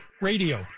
radio